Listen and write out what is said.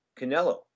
Canelo